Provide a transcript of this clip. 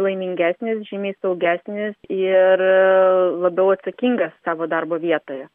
laimingesnis žymiai saugesnis ir labiau atsakingas savo darbo vietoje